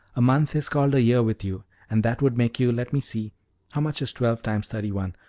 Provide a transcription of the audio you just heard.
a month is called a year with you, and that would make you, let me see how much is twelve times thirty-one?